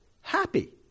Happy